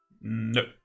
No